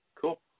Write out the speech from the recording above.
cool